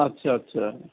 আচ্ছা আচ্ছা